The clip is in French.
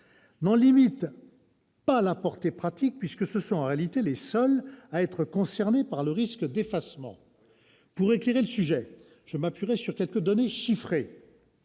n'en limite pas la portée pratique, puisque ce sont en réalité les seuls à être concernés par le risque d'« effacement ». Pour éclairer le sujet, je m'appuierai sur quelques données chiffrées.